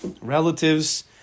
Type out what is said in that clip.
relatives